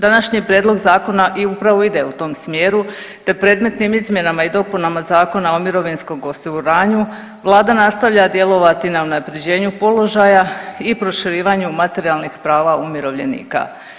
Današnji prijedlog zakona i upravo ide u tom smjeru, te predmetnim izmjenama i dopunama Zakona o mirovinskom osiguranju vlada nastavlja djelovati na unaprjeđenju položaja i proširivanju materijalnih prava umirovljenika.